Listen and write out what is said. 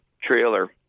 trailer